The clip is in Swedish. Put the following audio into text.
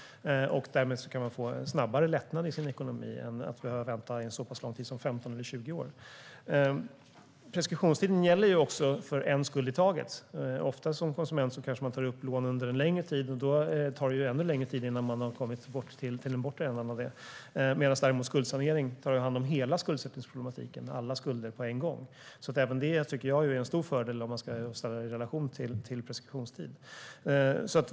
Därmed kan man få en snabbare lättnad i sin ekonomi än att behöva vänta så pass lång tid som 15 eller 20 år. Preskriptionstiden gäller också för en skuld i taget. Som konsument tar man ofta lån på en längre tid. Då tar det ännu längre tid innan man har kommit till den bortre änden. Med skuldsanering tas däremot hela skuldsättningsproblematiken om hand, alla skulder på en gång. Även det är en stor fördel om skuldsanering ska ställas i relation till preskriptionstid.